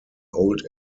old